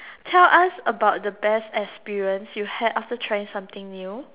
tell us about the best experience you had after trying something new